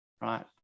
Right